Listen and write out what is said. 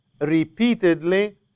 repeatedly